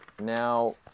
Now